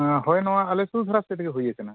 ᱦᱳᱭ ᱱᱚᱣᱟ ᱟᱞᱮ ᱥᱩᱨ ᱫᱷᱟᱨᱟ ᱥᱮᱫ ᱨᱮᱜᱮ ᱦᱩᱭ ᱠᱟᱱᱟ